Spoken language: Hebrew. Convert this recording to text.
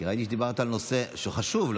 כי ראיתי שדיברת על נושא שהוא חשוב.